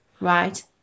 Right